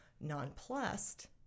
nonplussed